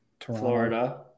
Florida